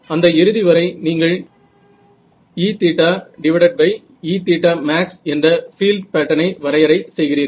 அந்த இறுதி வரை நீங்கள் EEmax என்ற பீல்ட் பேட்டர்னை வரையறை செய்கிறீர்கள்